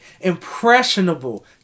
Impressionable